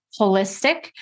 holistic